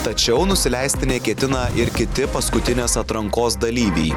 tačiau nusileisti neketina ir kiti paskutinės atrankos dalyviai